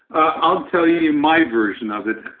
i'll tell you my version of it.